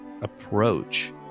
approach